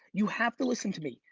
you have to listen to me.